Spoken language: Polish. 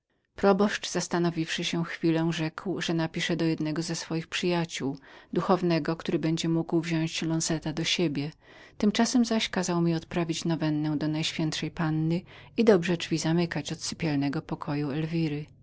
proboszcz zastanowiwszy się przez chwilę rzekł że napisze do jednego ze swoich przyjacioł który będzie mógł wziąść lonzeta do siebie tymczasem zaś kazał mi odmawiać różaniec do najświętszej panny i dobrze drzwi zamykać od sypialnego pokoju elwiry